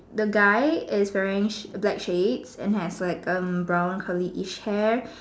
the guy is wearing she black shades and have like brown churlish hair